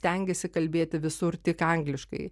ir stengiasi kalbėti visur tik angliškai